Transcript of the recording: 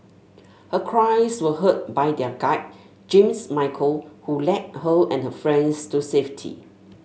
her cries were heard by their guide James Michael who led her and her friends to safety